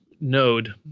node